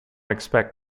expect